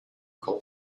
coal